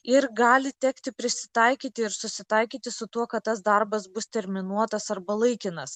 ir gali tekti prisitaikyti ir susitaikyti su tuo kad tas darbas bus terminuotas arba laikinas